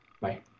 Bye